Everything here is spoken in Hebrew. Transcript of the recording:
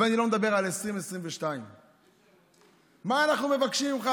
ואני לא מדבר על 2022. מה אנחנו מבקשים ממך,